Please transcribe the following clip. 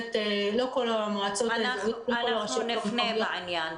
לא כל המועצות האזוריות --- אנחנו נפנה בעניין.